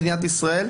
של מדינת ישראל.